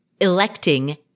electing